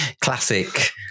classic